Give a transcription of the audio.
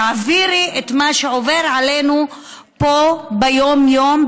תעבירי את מה שעובר עלינו פה ביום-יום,